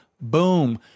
Boom